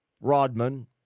Rodman